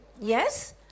Yes